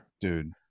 dude